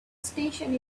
station